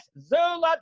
Zula